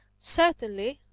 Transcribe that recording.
certainly.